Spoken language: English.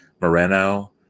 Moreno